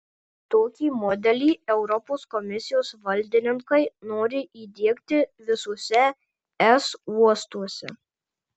tokį modelį europos komisijos valdininkai nori įdiegti visuose es uostuose